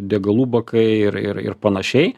degalų bakai ir ir ir panašiai